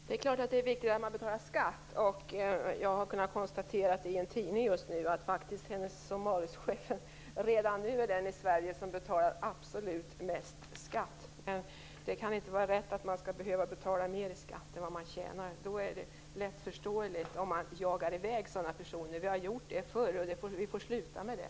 Herr talman! Det är naturligtvis viktigt att man betalar skatt. Jag har kunnat konstatera att Hennes & Mauritz-chefen redan nu är den i Sverige som betalar mest skatt. Det kan inte vara rätt att man skall betala mer i skatt än vad man tjänar. Det är lättförståeligt om sådana personer jagas iväg. Vi har gjort det förr. Vi får sluta med det.